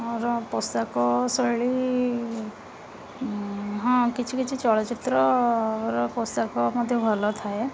ମୋର ପୋଷାକ ଶୈଳୀ ହଁ କିଛି କିଛି ଚଳଚ୍ଚିତ୍ରର ପୋଷାକ ମଧ୍ୟ ଭଲ ଥାଏ